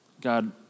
God